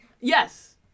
Yes